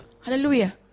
Hallelujah